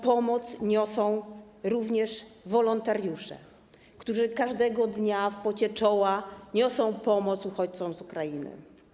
Pomoc niosą również wolontariusze, którzy każdego dnia w pocie czoła pomagają uchodźcom z Ukrainy.